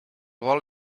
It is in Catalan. vol